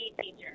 teacher